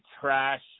trash